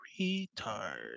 retard